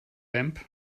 vamp